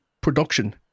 production